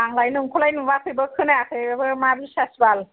आंलाय नोंखौलाय नुयाखैबो खोनायाखैबो मा बिसास बाल